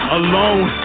alone